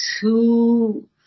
two